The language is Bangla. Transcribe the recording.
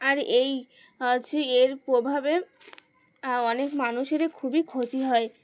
আর এই হচ্ছে এর প্রভাবে অনেক মানুষেরই খুবই ক্ষতি হয়